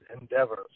endeavors